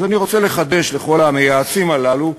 אז אני רוצה לחדש לכל המייעצים הללו,